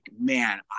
man